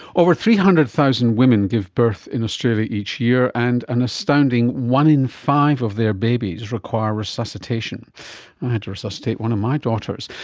over three hundred thousand women give birth in australia each year, and an astounding one in five of their babies require resuscitation. i had to resuscitate one of my daughters.